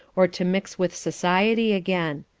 or to mix with society again.